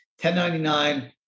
1099